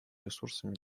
ресурсами